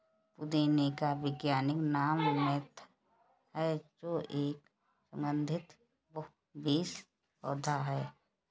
पुदीने का वैज्ञानिक नाम मेंथा है जो एक सुगन्धित बहुवर्षीय पौधा है